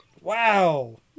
Wow